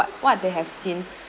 what what they have seen